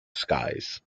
skies